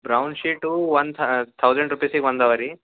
brown sheet ಒಂದು thousand ರುಪೀಸಿಗೆ ಒಂದು ಅವ ರೀ